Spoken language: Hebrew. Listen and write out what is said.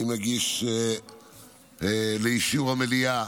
אני מגיש לאישור המליאה